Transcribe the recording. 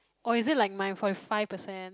or is it like mine forty five percent